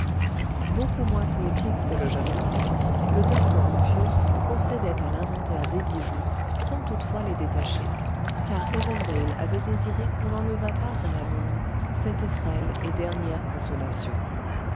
beaucoup moins poétique que le jeune lord le docte rumphius procédait à l'inventaire des bijoux sans toutefois les détacher car evandale avait désiré qu'on n'enlevât pas à la momie cette frêle et dernière consolation